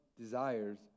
desires